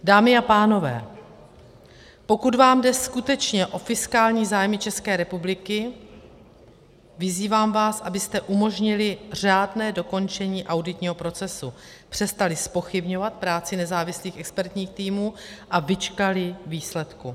Dámy a pánové, pokud vám jde skutečně o fiskální zájmy České republiky, vyzývám vás, abyste umožnili řádné dokončení auditního procesu, přestali zpochybňovat práci nezávislých expertních týmů a vyčkali výsledků.